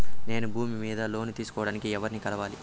నేను భూమి మీద లోను తీసుకోడానికి ఎవర్ని కలవాలి?